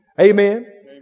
Amen